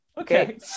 Okay